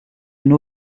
une